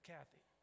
Kathy